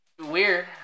weird